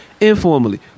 informally